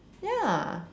ya